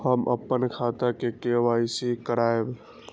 हम अपन खाता के के.वाई.सी के करायब?